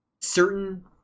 certain